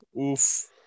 Oof